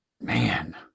Man